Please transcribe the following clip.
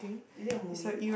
is it a movie